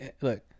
Look